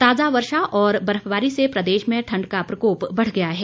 ताजा वर्षा और बर्फबारी से प्रदेश में ठंड का प्रकोप बढ़ गया है